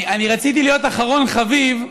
רציתי להיות אחרון חביב,